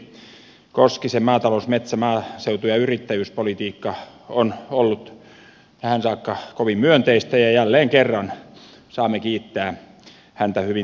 ministeri koskisen maatalous metsä maaseutu ja yrittäjyyspolitiikka on ollut tähän saakka kovin myönteistä ja jälleen kerran saamme kiittää häntä hyvin tehdystä työstä